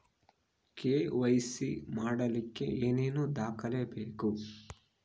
KYC ಮಾಡಲಿಕ್ಕೆ ಏನೇನು ದಾಖಲೆಬೇಕು?